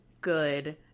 good